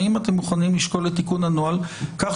האם אתם מוכנים לשקול את תיקון הנוהל כך